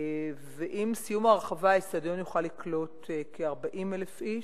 עם סיום ההרחבה האיצטדיון יוכל לקלוט כ-40,000 איש.